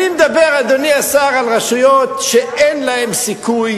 אדוני השר, אני מדבר על רשויות שאין להן סיכוי